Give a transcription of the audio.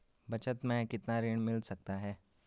बचत मैं कितना ऋण मिल सकता है?